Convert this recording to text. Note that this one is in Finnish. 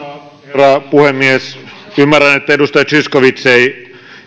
herra puhemies ymmärrän että edustaja zyskowicz ei